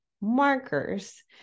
markers